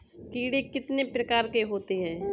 कीड़े कितने प्रकार के होते हैं?